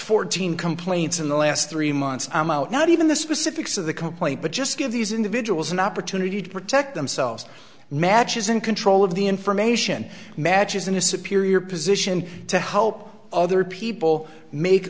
fourteen complaints in the last three months not even the specifics of the complaint but just give these individuals an opportunity to protect themselves matches in control of the information matches in a superior position to help other people make